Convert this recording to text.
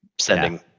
sending